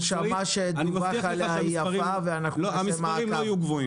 אני מבטיח לך שהמספרים לא יהיו גבוהים.